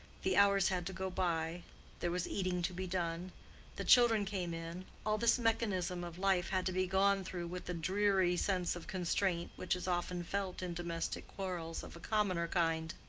the hours had to go by there was eating to be done the children came in all this mechanism of life had to be gone through with the dreary sense of constraint which is often felt in domestic quarrels of a commoner kind.